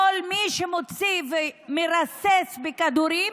כל מי שמוציא ומרסס בכדורים,